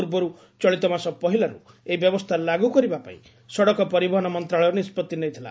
ପୂର୍ବରୁ ଚଳିତମାସ ପହିଲାରୁ ଏହି ବ୍ୟବସ୍ରା ଲାଗୁ କରିବା ପାଇଁ ସଡ଼କ ପରିବହନ ମନ୍ତଶାଳୟ ନିଷ୍ବଉି ନେଇଥିଲା